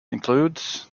include